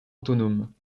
autonomes